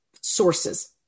sources